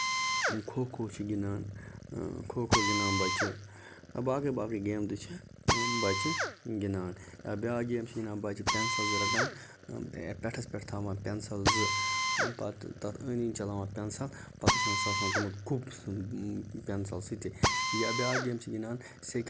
کھو کھو چھِ گِندان کھو کھو گِندان بَچہٕ باقٕے باقٕے گیمہٕ تہِ چھِ بَچہٕ گِندان بیاکھ یا گیم چھِ گِندان بَچہٕ پینسل زٕ رَٹان پیٹھس پٮ۪ٹھ تھاوان پینسل زٕ پَتہٕ تَتھ أندۍ أندۍ چلاوان پینسل پَتہٕ وٕچھان سُہ آسان گوٚمُت گپتہٕ پینسل سۭتی یا بیاکھ گیم چھِ گِندان سیکہِ منٛز لگاوان